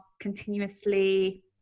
continuously